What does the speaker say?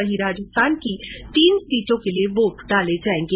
वहीं राजस्थान की तीन सीटों के लिए वोट डाले जायेंगे